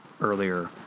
earlier